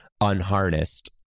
unharnessed